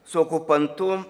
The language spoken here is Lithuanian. su okupantu